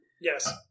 Yes